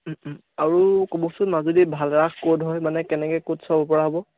আৰু ক'বচোন মাজুলীত ভাল ৰাস ক'ত হয় মানে কেনেকৈ ক'ত চাব পৰা হ'ব